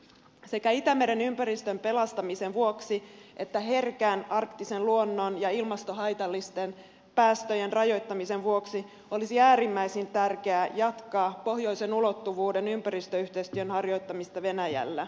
sekä itämeren ympäristön pelastamisen vuoksi että herkän arktisen luonnon ja ilmastohaitallisten päästöjen rajoittamisen vuoksi olisi äärimmäisen tärkeää jatkaa pohjoisen ulottuvuuden ympäristöyhteistyön harjoittamista venäjällä